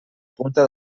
punta